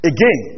Again